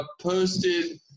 posted